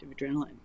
adrenaline